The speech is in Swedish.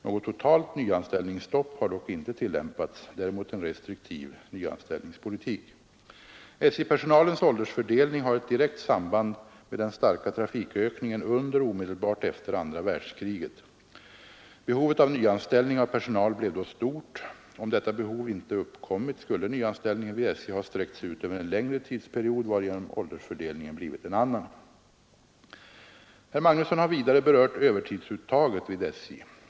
Något totalt nyanställningsstopp har dock inte tillämpats, däremot en restriktiv nyanställningspolitik. SJ-personalens åldersfördelning har ett direkt samband med den starka trafikökningen under och omedelbart efter andra världskriget. Behovet av nyanställning av personal blev då stort. Om detta behov inte uppkommit, skulle nyanställningen vid SJ ha sträckts ut över en längre tidsperiod, varigenom åldersfördelningen blivit en annan. Herr Magnusson har vidare berört övertidsuttaget vid SJ.